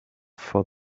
for